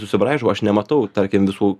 susibraižau aš nematau tarkim visų